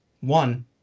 one